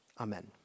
Amen